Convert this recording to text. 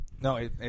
No